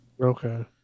Okay